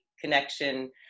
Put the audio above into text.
connection